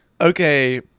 Okay